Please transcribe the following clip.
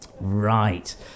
Right